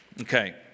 Okay